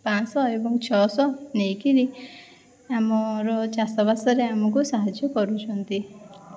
ପାଞ୍ଚଶହ ଏବଂ ଛଅଶହ ନେଇକିରି ଆମର ଚାଷବାସରେ ଆମକୁ ସାହାଯ୍ୟ କରୁଛନ୍ତି